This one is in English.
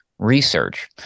Research